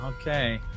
Okay